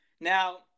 Now